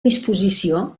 disposició